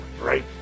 Right